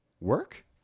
Work